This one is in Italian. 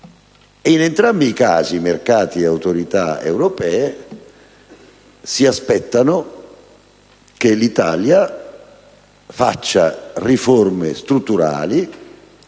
In entrambi i casi, i mercati e le autorità europee si aspettano che l'Italia realizzi riforme strutturali